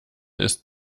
ist